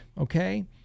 Okay